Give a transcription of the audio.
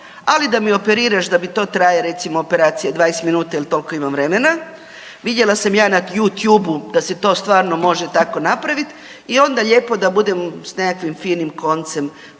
ali da mi operiraš da mi to traje recimo operacija 20 minuta jel toliko imam vremena. Vidjela sam na YouTube da se to stvarno može tako napravit i onda lijepo da budem s nekakvim finim koncem